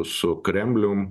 su su kremlium